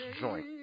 joint